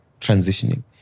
transitioning